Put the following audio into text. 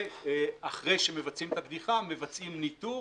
ואחרי שמבצעים את הקדיחה מבצעים ניטור,